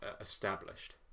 established